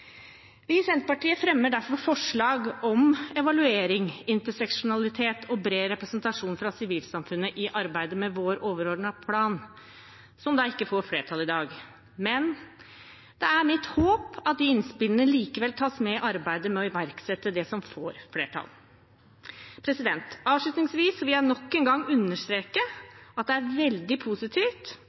Vi i Senterpartiet fremmer sammen med SV derfor forslag om evaluering, interseksjonalitet og bred representasjon fra sivilsamfunnet i arbeidet med vår overordnede plan – som ikke får flertall i dag. Men det er mitt håp at de innspillene likevel tas med i arbeidet med å iverksette det som får flertall. Avslutningsvis vil jeg nok en gang understreke at det er veldig positivt